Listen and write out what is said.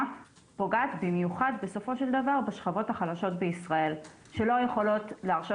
פוגעת במיוחד בסופו של דבר בשכבות החלשות בישראל שלא יכולות להרשות